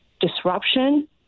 disruption